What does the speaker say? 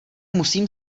musím